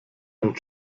einen